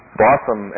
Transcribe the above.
blossom